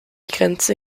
grenze